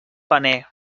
paner